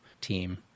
team